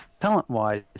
Talent-wise